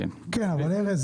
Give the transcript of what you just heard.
ארז,